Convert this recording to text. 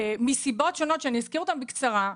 מסיבות שונות שאני אזכיר אותן בקצרה,